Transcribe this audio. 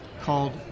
called